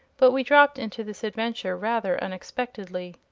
but we dropped into this adventure rather unexpectedly.